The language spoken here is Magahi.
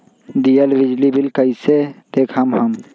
दियल बिजली बिल कइसे देखम हम?